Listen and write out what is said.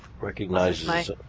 Recognizes